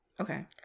Okay